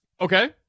Okay